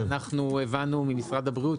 הבנו ממשרד הבריאות,